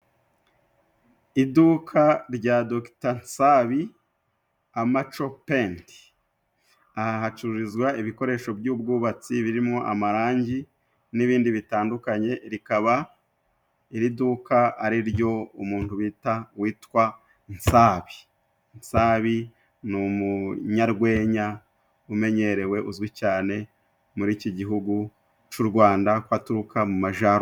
Iduka rya dogita Nsabi "Amacho Penti". Aha hacurizwa ibikoresho by'ubwubatsi birimwo amarangi n'ibindi bitandukanye, rikaba iri duka ari ryo umuntu bita witwa Nsabi. Nsabi ni umuyarwenya umenyerewe uzwi cyane muri iki gihugu c'u Rwanda ko aturuka mu majaruguru.